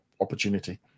opportunity